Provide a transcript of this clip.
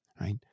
right